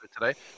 today